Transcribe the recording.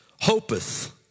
Hopeth